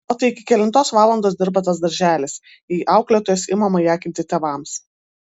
o tai iki kelintos valandos dirba tas darželis jei auklėtojos ima majakinti tėvams